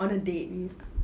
on a date with